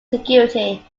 security